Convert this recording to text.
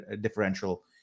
differential